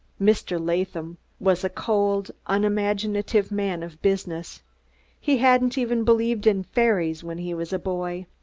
mr. latham was a cold, unimaginative man of business he hadn't even believed in fairies when he was a boy.